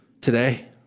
today